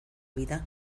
vida